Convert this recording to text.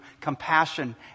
compassion